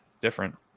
different